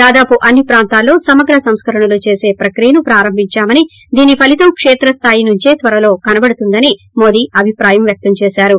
దాదాపు అన్ని ప్రాంతాల్లో సమగ్ర సంస్కరణలు చేసే ప్రక్రియను ప్రారంభిందామని దీని ఫలీతం కేత్రస్గాయి నుంచే త్వరలో కనబడుతుందని మోదీ అభిప్రాయం వ్యక్తం చేశారు